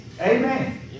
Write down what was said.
Amen